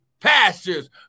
pastures